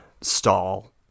stall